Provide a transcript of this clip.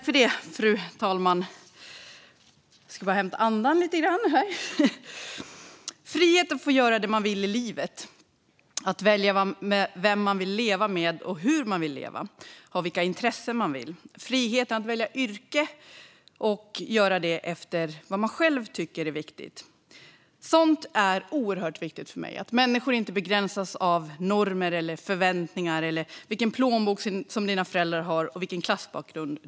Fru talman! Frihet att göra det man vill i livet, frihet att välja vem man vill leva med och hur man vill leva, frihet att ha vilka intressen man vill och frihet att välja yrke och göra det efter vad man själv tycker är viktigt är oerhört viktiga saker för mig. Människor ska inte begränsas av normer, förväntningar, föräldrarnas plånbok eller sin klassbakgrund.